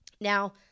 Now